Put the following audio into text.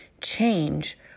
change